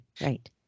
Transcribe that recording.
Right